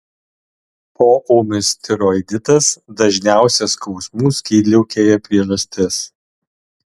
poūmis tiroiditas dažniausia skausmų skydliaukėje priežastis